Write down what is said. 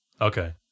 Okay